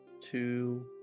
two